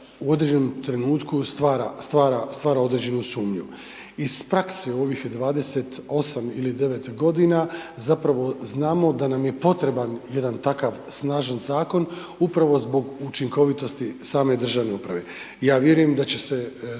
u određenom trenutku stvara, stvara, stvara određenu sumnju. Iz prakse u ovih 28 ili 29 godina zapravo znamo da nam je potreban jedan takav snažan zakon upravo zbog učinkovitosti same državne uprave. Ja vjerujem da će se